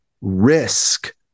risk